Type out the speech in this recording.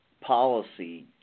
policy